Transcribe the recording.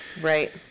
Right